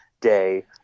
day